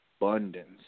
abundance